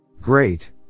Great